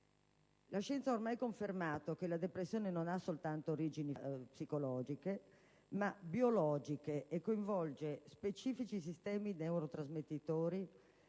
La scienza ha ormai confermato che la depressione non ha soltanto origini psicologiche, ma anche biologiche e coinvolge specifici sistemi neurotrasmettitori